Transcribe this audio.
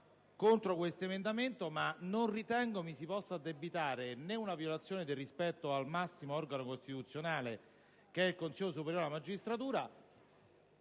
contro questo emendamento, ma non ritengo né che mi si possa addebitare né una violazione del rispetto al massimo organo costituzionale che è il Consiglio superiore della magistratura...